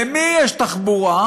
למי יש תחבורה?